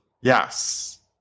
Yes